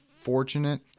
fortunate